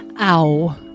Ow